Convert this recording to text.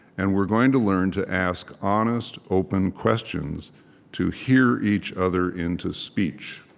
and we're going to learn to ask honest, open questions to hear each other into speech.